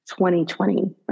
2020